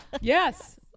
Yes